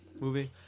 movie